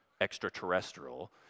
extraterrestrial